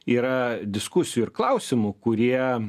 yra diskusijų ir klausimų kurie